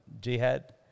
Jihad